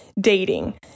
dating